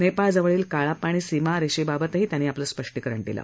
नेपाळ जवळील काळा पाणी सीमा रेषेबाबतही त्यांनी आपलं स्पष्टीकरण दिलं